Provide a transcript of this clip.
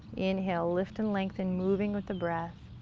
inhale, lift and lengthen, moving with the breath.